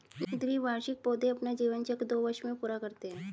द्विवार्षिक पौधे अपना जीवन चक्र दो वर्ष में पूरा करते है